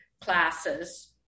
classes